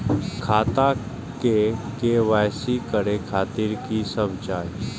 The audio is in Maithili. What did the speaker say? खाता के के.वाई.सी करे खातिर की सब चाही?